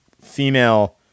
female